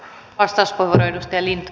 arvoisa puhemies